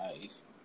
Nice